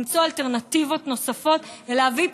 למצוא אלטרנטיבות נוספות ולהביא פתרון,